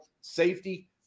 safety